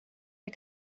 der